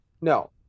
No